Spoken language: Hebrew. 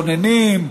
מתכננים,